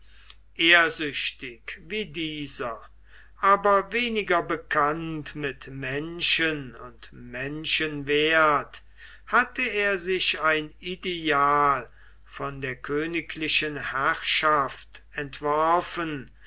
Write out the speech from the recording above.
ehrsüchtig wie dieser aber weniger bekannt mit menschen und menschenwerth hatte er sich ein ideal von der königlichen herrschaft entworfen